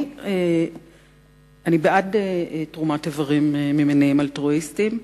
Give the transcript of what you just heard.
אני בעד תרומת איברים ממניעים אלטרואיסטיים.